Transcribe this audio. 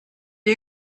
you